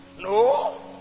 no